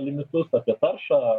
limitus apie taršą